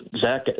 Zach